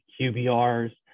QBRs